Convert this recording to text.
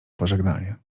pożegnanie